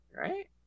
right